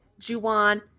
Juwan